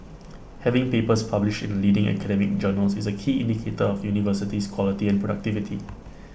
having papers published in leading academic journals is A key indicator of university's quality and productivity